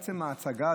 עצם ההצגה,